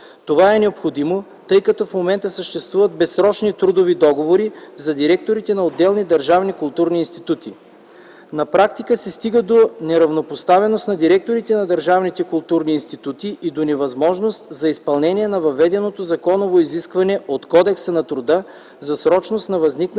Това е необходимо, тъй като в момента съществуват безсрочни трудови договори за директорите на отделни държавни културни институти. На практика се стига до неравнопоставеност на директорите на държавните културни институти и до невъзможност за изпълнение на въведеното законово изискване от Кодекса на труда за срочност на възникналите